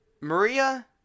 Maria